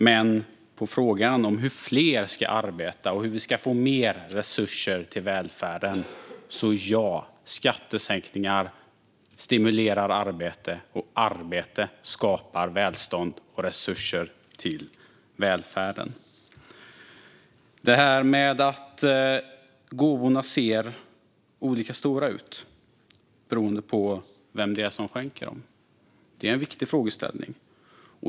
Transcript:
Men på frågan om hur fler ska kunna arbeta och hur vi ska få mer resurser till välfärden är svaret att skattesänkningar stimulerar arbete, och arbete skapar välstånd och resurser till välfärden. Att gåvorna ser olika stora ut beroende på vem som skänker är en viktig frågeställning.